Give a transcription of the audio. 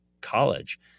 college